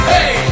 Hey